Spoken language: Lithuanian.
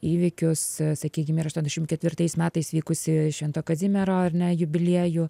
įvykius sakykim ir aštuoniasdešim ketvirtais metais vykusį švento kazimiero ar ne jubiliejų